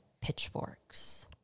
pitchforks